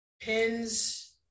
pins